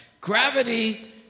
Gravity